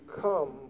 come